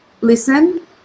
listen